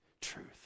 truth